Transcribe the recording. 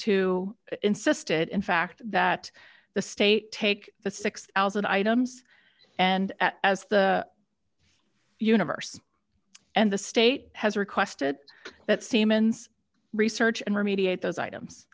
to insisted in fact that the state take the six thousand items and as the universe and the state has requested that siemens research and remediate those items